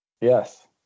Yes